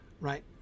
right